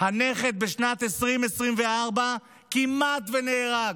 הנכד בשנת 2024 כמעט ונהרג,